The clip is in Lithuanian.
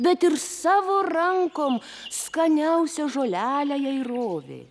bet ir savo rankom skaniausią žolelę jai rovė